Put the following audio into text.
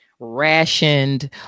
rationed